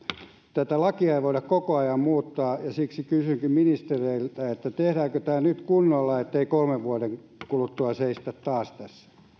tätä lakia ei voida koko ajan muuttaa ja siksi kysynkin ministereiltä tehdäänkö tämä nyt kunnolla ettei kolmen vuoden kuluttua seistä taas